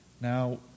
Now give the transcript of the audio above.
now